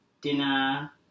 dinner